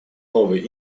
новый